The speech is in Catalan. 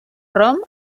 rom